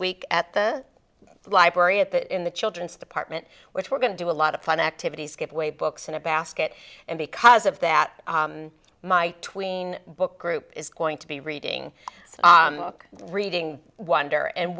week at the library at the in the children's department which we're going to do a lot of fun activities gateway books and a basket and because of that my tween book group is going to be reading book reading wonder and